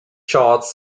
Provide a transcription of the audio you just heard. charts